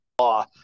law